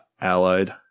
Allied